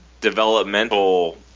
developmental